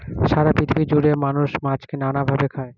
সারা পৃথিবী জুড়ে মানুষ মাছকে নানা ভাবে খায়